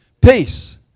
peace